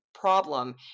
problem